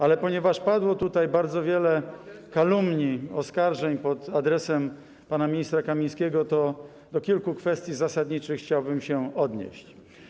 Ale ponieważ padło tutaj bardzo wiele kalumnii, oskarżeń pod adresem pana ministra Kamińskiego, to do kilku zasadniczych kwestii chciałbym się odnieść.